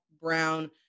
Brown